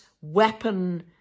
weapon